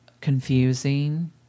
confusing